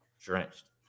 drenched